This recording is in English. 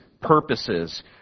purposes